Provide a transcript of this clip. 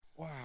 Wow